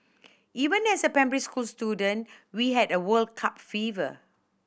even as a primary school student we had a World Cup fever